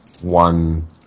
one